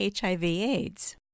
HIV/AIDS